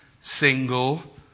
single